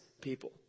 people